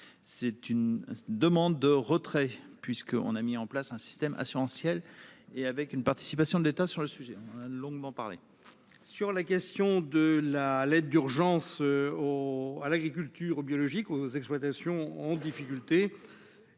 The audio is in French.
c'est une demande de retrait puisqu'on a mis en place un système assurantiel et avec une participation de l'État sur le sujet longuement parlé. Sur la question de la à l'aide d'urgence au à l'agriculture biologique aux exploitations en difficulté,